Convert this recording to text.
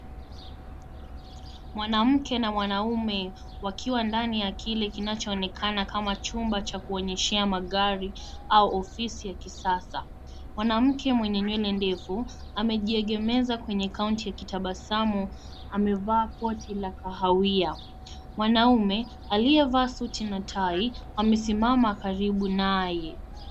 Mwanamke na mwanaume wakiwa ndani ya kile kinachoonekana chumba cha kuonyeshea magari au ofisi ya kisasa. Mwanamke mwenye nywele ndefu amejiegemeza kwenye kaunti akitabasamu amevaa koti la kahawia, mwanaume aliyevaa suti na tai amesimama karibu naye.